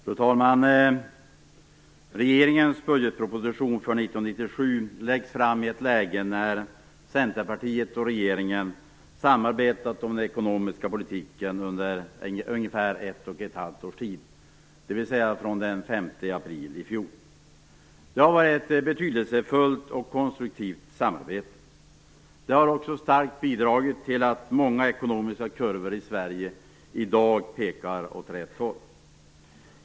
Fru talman! Regeringens budgetproposition för 1997 läggs fram i ett läge när Centerpartiet och regeringen samarbetat om den ekonomiska politiken under ungefär ett och ett halvt års tid, dvs. från den 5 april i fjol. Det har varit ett betydelsefullt och konstruktivt samarbete. Det har också starkt bidragit till att många ekonomiska kurvor i Sverige i dag pekar åt rätt håll.